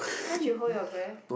can't you hold your breath